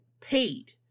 paid